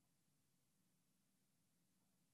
לאקדמאים הערבים, שמשוועים